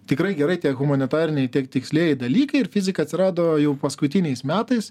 tikrai gerai tiek humanitariniai tiek tikslieji dalykai ir fizika atsirado jau paskutiniais metais